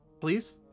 Please